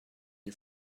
you